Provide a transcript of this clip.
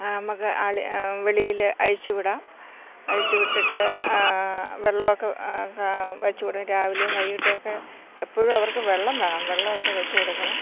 നമ്മൾക്ക് വെളിയിൽ അഴിച്ചു വിടാം അഴിച്ചു വിട്ടിട്ട് വെള്ളമൊക്കെ വച്ചു കൊടുക്കാം രാവിലെയും വൈകിട്ടുമൊക്കെ എപ്പോഴും അവർക്ക് വെള്ളം വേണം വെള്ളമൊക്കെ വച്ചു കൊടുക്കണം